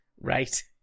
Right